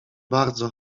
bardzo